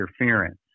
interference